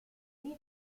vive